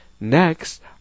Next